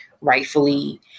rightfully